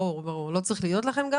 ברור, גם לא צריכים להיות לכם.